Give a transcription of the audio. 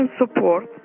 support